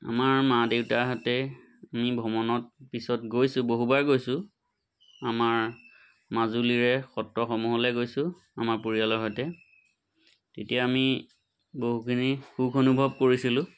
আমাৰ মা দেউতাহঁতে আমি ভ্ৰমণত পিছত গৈছোঁ বহুবাৰ গৈছোঁ আমাৰ মাজুলীৰে সত্ৰসমূহলৈ গৈছোঁ আমাৰ পৰিয়ালৰ সৈতে তেতিয়া আমি বহুখিনি সুখ অনুভৱ কৰিছিলোঁ